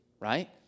right